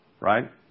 Right